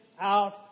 out